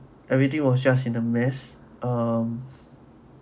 everything was just in the mess um